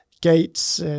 Gates